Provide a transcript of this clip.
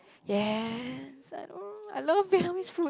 yes I know I love Vietnamese food